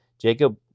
Jacob